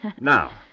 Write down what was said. Now